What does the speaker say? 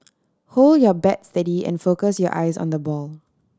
hold your bat steady and focus your eyes on the ball